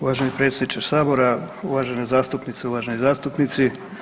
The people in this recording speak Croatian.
Uvaženi predsjedniče Sabora, uvažene zastupnice, uvaženi zastupnici.